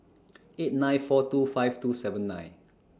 eight nine four two five two seven nine